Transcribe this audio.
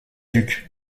duc